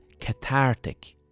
cathartic